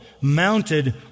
mounted